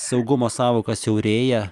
saugumo sąvoka siaurėja